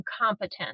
incompetent